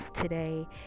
today